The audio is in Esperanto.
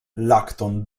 lakton